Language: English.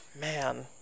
Man